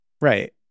Right